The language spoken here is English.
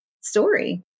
story